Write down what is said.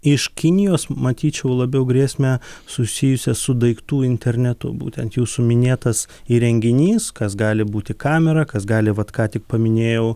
iš kinijos matyčiau labiau grėsmę susijusią su daiktų internetu būtent jūsų minėtas įrenginys kas gali būti kamera kas gali vat ką tik paminėjau